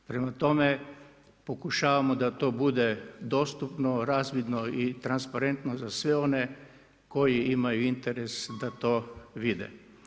Prema tome, pokušavamo da to bude dostupno, razvidno i transparentno za sve one koji imaju interes da to vide.